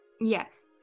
yes